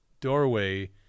doorway